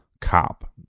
cop